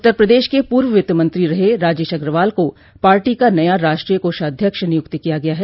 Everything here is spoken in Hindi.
उत्तर प्रदेश के पूर्व वित्तमंत्री रहे रजेश अग्रवाल को पार्टी का नया राष्ट्रीय कोषाध्यक्ष नियुक्त किया गया है